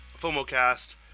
FOMOcast